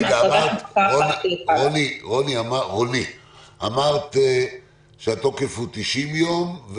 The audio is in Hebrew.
ההכרזה מוקפא --- אמרת שהתוקף הוא 90 יום,